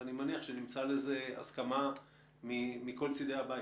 ואני מניח שנמצא לזה הסכמה מכל צדי הבית.